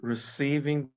Receiving